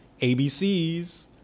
ABCs